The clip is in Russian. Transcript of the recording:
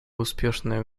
успешное